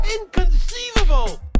Inconceivable